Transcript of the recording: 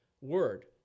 word